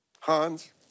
Hans